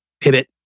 pivot